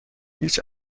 هیچ